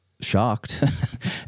shocked